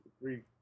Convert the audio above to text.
three